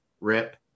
Rip